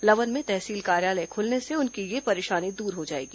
लवन में तहसील कार्यालय खुलने से उनकी ये परेशानी दूर हो जाएगी